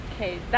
Okay